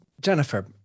Jennifer